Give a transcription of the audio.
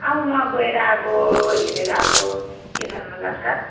अब वहाँ गएर अब हेरेर अब के खानु मन लाग्छ